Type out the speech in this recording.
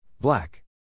Black